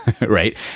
right